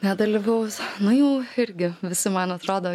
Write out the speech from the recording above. nedalyvaus nu jau irgi visi man atrodo